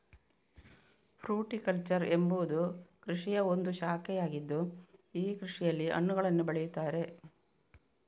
fruticulture ಎಂಬುವುದು ಕೃಷಿಯ ಒಂದು ಶಾಖೆಯಾಗಿದ್ದು ಈ ಕೃಷಿಯಲ್ಲಿ ಹಣ್ಣುಗಳನ್ನು ಬೆಳೆಯುತ್ತಾರೆ